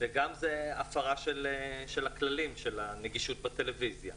וגם ההפרה של הכללים, של הנגישות בטלוויזיה.